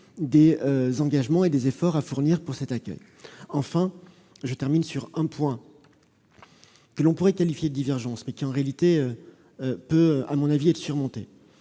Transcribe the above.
des engagements et des efforts à fournir en matière d'accueil. Enfin, je termine sur ce que l'on pourrait qualifier de divergence, laquelle peut, à mon avis, être surmontée.